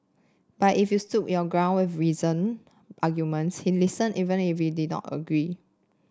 but if you stood your ground with reason arguments he listened even if he did not agree